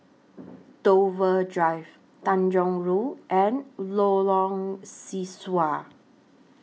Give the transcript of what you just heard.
Dover Drive Tanjong Rhu and Lorong Sesuai